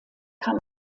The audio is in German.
kam